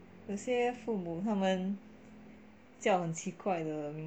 有些父母他们叫很奇怪的名